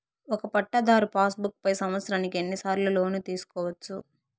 ఒక పట్టాధారు passbook పై సంవత్సరానికి ఎన్ని సార్లు లోను తీసుకోవచ్చు?